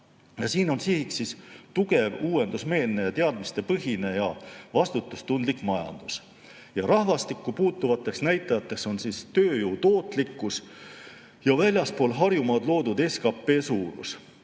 Siin on sihiks tugev, uuendusmeelne, teadmistepõhine ja vastutustundlik majandus. Rahvastikku puutuvateks näitajateks on tööjõu tootlikkus ja väljaspool Harjumaad loodud SKP suurus.